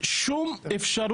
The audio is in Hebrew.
שאין להם שום אפשרות,